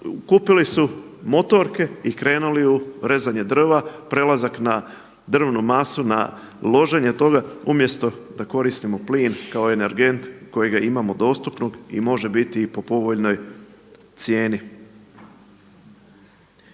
Kupili su motorke i krenuli u rezanje drva, prelazak na drvnu masu, na loženje toga umjesto da koristimo plin kao energent kojega imamo dostupnog i može biti i po povoljnoj cijeni.